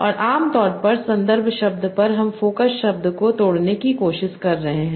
और आमतौर पर संदर्भ शब्द पर हम फोकस शब्द को तोड़ने की कोशिश कर रहे हैं